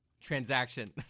Transaction